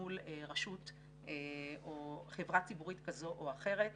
מול רשות או חברה ציבורית כזו או אחרת.